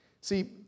See